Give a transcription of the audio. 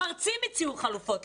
המרצים הציעו חלופות,